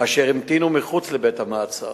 אשר המתינו מחוץ לבית-המעצר.